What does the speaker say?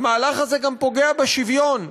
המהלך הזה גם פוגע בשוויון.